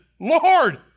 Lord